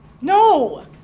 No